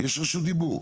יש רשות דיבור.